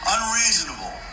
Unreasonable